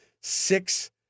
six